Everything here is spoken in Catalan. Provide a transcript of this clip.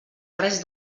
res